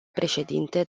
președinte